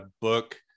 book